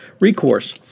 recourse